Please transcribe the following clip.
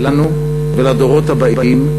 לנו ולדורות הבאים.